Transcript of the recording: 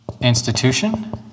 institution